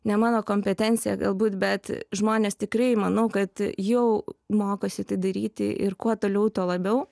ne mano kompetencija galbūt bet žmonės tikrai manau kad jau mokosi tai daryti ir kuo toliau tuo labiau